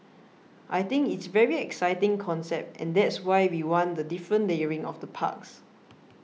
I think it's very exciting concept and that's why we want the different layering of the parks